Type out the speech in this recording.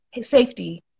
safety